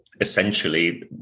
Essentially